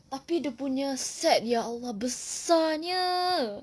tapi dia punya set ya allah besarnya